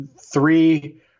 three